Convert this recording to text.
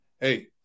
hey